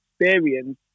experience